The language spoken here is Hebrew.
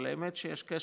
אבל האמת שיש קשר,